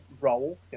role